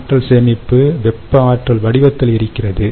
ஆற்றல் சேமிப்பு வெப்ப ஆற்றல்வடிவத்தில் இருக்கிறது